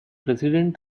president